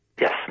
Yes